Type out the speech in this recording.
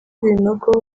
ibinogo